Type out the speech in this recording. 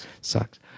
sucks